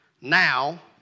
now